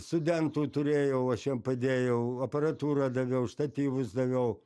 studentų turėjau aš jiem padėjau aparatūrą daviau statyvus daviau